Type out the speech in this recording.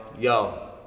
Yo